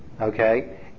okay